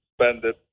suspended